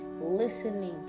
listening